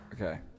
Okay